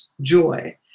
joy